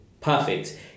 perfect